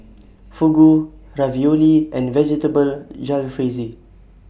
Fugu Ravioli and Vegetable Jalfrezi